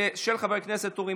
של חבר הכנסת אורי